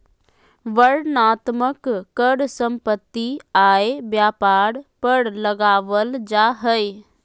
वर्णनात्मक कर सम्पत्ति, आय, व्यापार पर लगावल जा हय